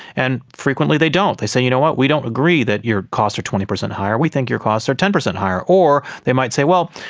and frequently they don't, they say, you know what, we don't agree that your costs are twenty percent higher, we think your costs are ten percent higher. or they might say, well,